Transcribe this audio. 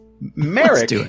Merrick